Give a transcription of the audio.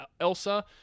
Elsa